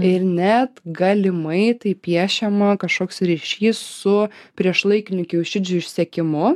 ir net galimai taip piešiama kažkoks ryšys su priešlaikiniu kiaušidžių išsekimu